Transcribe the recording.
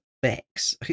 Bex